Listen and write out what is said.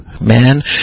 man